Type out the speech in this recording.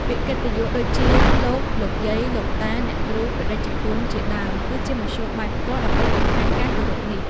ពាក្យកិត្តិយសដូចជា លោក លោកយាយ លោកតា អ្នកគ្រូ ព្រះតេជគុណ ជាដើម គឺជាមធ្យោបាយផ្ទាល់ដើម្បីបង្ហាញការគោរពនេះ។